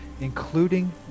including